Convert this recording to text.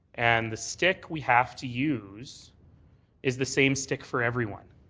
and the stick we have to use is the same stick for everyone.